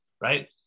right